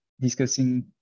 discussing